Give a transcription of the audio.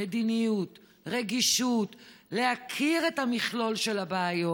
מדיניות, רגישות, להכיר את המכלול של הבעיות?